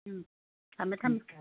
ꯎꯝ ꯊꯝꯃꯦ ꯊꯝꯃꯦ